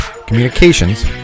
communications